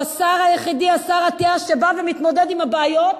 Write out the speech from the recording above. השר אטיאס הוא השר היחידי שבא ומתמודד עם בעיות.